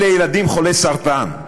אלה ילדים חולי סרטן.